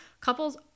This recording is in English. couples